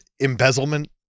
embezzlement